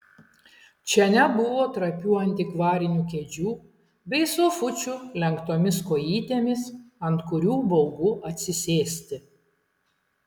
čia nebuvo trapių antikvarinių kėdžių bei sofučių lenktomis kojytėmis ant kurių baugu atsisėsti